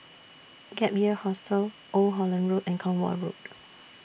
Gap Year Hostel Old Holland Road and Cornwall Road